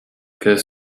curse